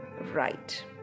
right